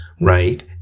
Right